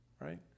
right